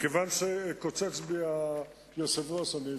מכיוון שדוחק בי היושב-ראש, אני אסיים.